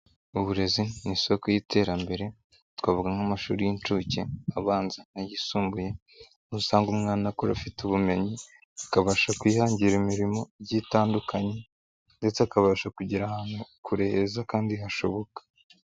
Uburezi ni isoko y'iterambere twavuga nk'amashuri y'inshuke, abanza n'ayisumbuye, aho usanga umwana akura afite ubumenyi akabasha kwihangira imirimo igiye itandukanye ndetse akabasha kugera ahantu kure heza kandi hashoboka.